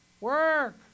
work